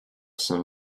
some